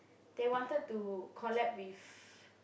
they wanted to collab with